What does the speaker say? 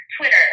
Twitter